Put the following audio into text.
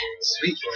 Sweet